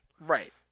Right